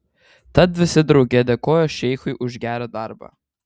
tad visi drauge dėkojo šeichui už gerą darbą